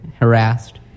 harassed